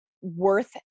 worth